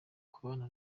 kubana